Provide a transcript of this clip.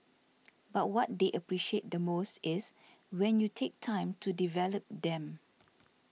but what they appreciate the most is when you take time to develop them